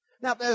Now